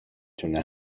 تونه